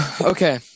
Okay